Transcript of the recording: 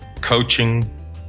coaching